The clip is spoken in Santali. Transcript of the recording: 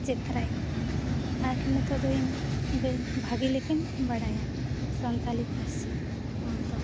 ᱪᱮᱫ ᱛᱟᱨᱟ ᱮᱫᱟᱠᱚ ᱟᱨ ᱱᱤᱛᱚᱜ ᱫᱚ ᱤᱧ ᱵᱷᱟᱹᱜᱮ ᱞᱮᱠᱟᱧ ᱵᱟᱲᱟᱭᱟ ᱥᱟᱱᱛᱟᱲᱤ ᱯᱟᱹᱨᱥᱤ ᱚᱞ ᱫᱚ